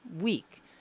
week